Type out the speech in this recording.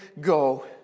go